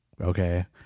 okay